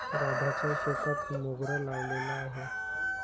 राधाच्या शेतात मोगरा लावलेला आहे